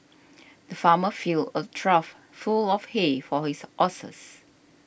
the farmer filled a trough full of hay for his horses